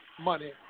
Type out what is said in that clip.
money